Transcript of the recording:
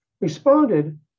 responded